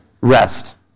rest